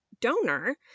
donor